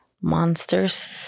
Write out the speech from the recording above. monsters